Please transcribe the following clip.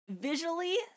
Visually